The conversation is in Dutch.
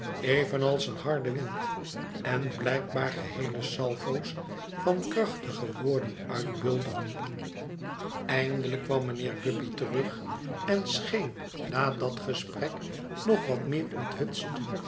evenals een harde wind en blijkbaar geheele salvo's van krachtige woorden uitbulderen eindelijk kwam mijnheer guppy terug en scheen na dat gesprek nog wat meer onthutst